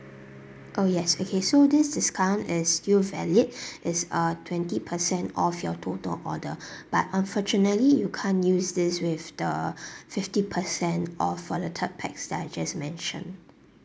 oh yes okay so this discount is still valid is a twenty percent off your total order but unfortunately you can't use this with the fifty percent off for the third pax that I just mentioned